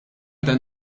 dan